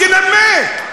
תנמק.